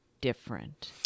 different